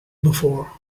before